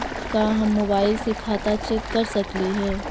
का हम मोबाईल से खाता चेक कर सकली हे?